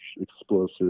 explosive